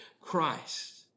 Christ